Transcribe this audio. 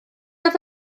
oedd